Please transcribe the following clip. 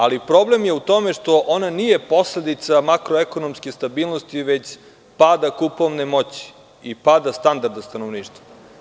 Ali, problem je u tome što ona nije posledica makroekonomske stabilnosti već pada kupovne moći i pada standarda stanovništva.